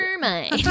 mind